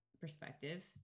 perspective